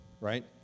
right